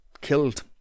killed